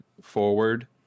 forward